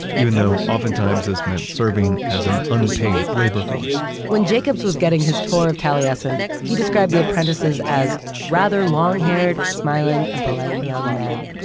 even though oftentimes this meant serving as an unpaid labor force when jacobs was getting his tour of taliesin, he described the apprentices as rather long-haired, smiling and polite young men,